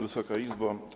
Wysoka Izbo!